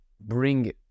bring